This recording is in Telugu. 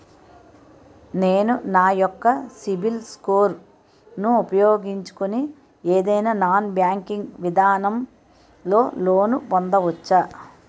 నేను నా యెక్క సిబిల్ స్కోర్ ను ఉపయోగించుకుని ఏదైనా నాన్ బ్యాంకింగ్ విధానం లొ లోన్ పొందవచ్చా?